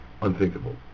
unthinkable